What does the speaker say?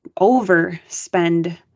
overspend